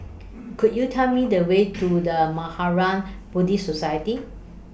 Could YOU Tell Me The Way to The Mahaprajna Buddhist Society